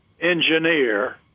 engineer